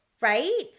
right